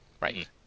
Right